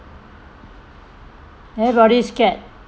everybody scared